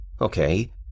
Okay